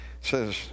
says